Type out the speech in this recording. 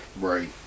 Right